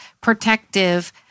protective